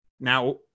Now